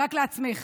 רק לעצמך.